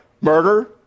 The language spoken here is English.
murder